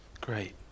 great